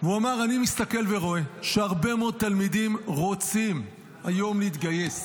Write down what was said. והוא אמר: אני מסתכל ורואה שהרבה מאוד תלמידים רוצים היום להתגייס,